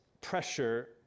pressure